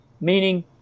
meaning